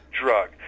drug